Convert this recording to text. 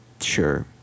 Sure